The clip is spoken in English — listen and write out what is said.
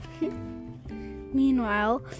meanwhile